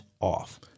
off